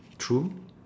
true